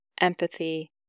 empathy